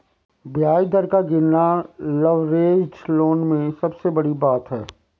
ब्याज दर का गिरना लवरेज्ड लोन में सबसे बड़ी बात है